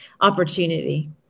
opportunity